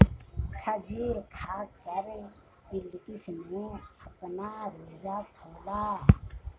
खजूर खाकर बिलकिश ने अपना रोजा खोला